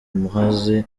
muhazi